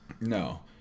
No